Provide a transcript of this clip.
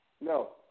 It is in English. No